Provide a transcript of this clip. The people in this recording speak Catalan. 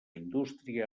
indústria